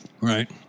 Right